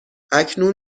اکنون